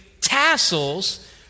tassels